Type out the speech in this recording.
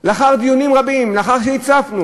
לאחר דיונים רבים, לאחר שהצפנו